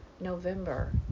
November